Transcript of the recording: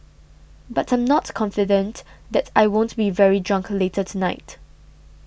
but I'm not confident that I won't be very drunk later tonight